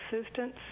assistance